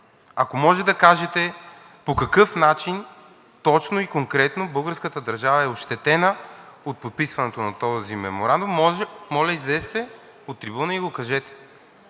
Ако можете да кажете по какъв начин точно и конкретно българската държава е ощетена от подписването на този меморандум, моля излезте от трибуната и го кажете,